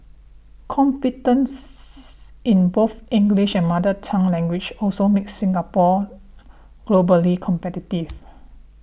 competence in both English and mother tongue languages also makes Singapore globally competitive